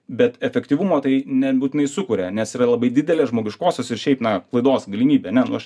bet efektyvumo tai nebūtinai sukuria nes yra labai didelė žmogiškosios ir šiaip na klaidos galimybė ne nu aš